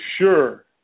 sure